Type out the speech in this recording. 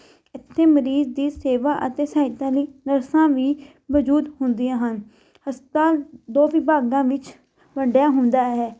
ਇੱਥੇ ਮਰੀਜ਼ ਦੀ ਸੇਵਾ ਅਤੇ ਸਹਾਇਤਾ ਲਈ ਨਰਸਾਂ ਵੀ ਮੌਜੂਦ ਹੁੰਦੀਆਂ ਹਨ ਹਸਪਤਾਲ ਦੋ ਵਿਭਾਗਾਂ ਵਿੱਚ ਵੰਡਿਆ ਹੁੰਦਾ ਹੈ